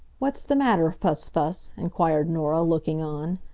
what's the matter, fuss-fuss? inquired norah, looking on.